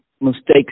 mistakes